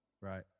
Right